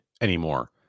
anymore